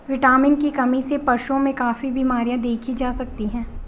vitamin की कमी से पशुओं में काफी बिमरियाँ देखी जा सकती हैं